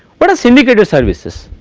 what are the syndicated services